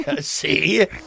See